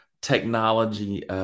technology